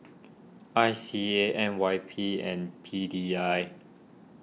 I C A N Y P and P D I